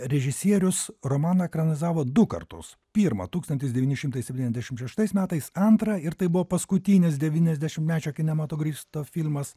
režisierius romaną ekranizavo du kartus pirmą tūkstantis devyni šimtai septyniasdešimt šeštais metais antrą ir tai buvo paskutinis devyniasdešimtmečio kinematogristo filmas